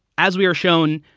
as we are shown,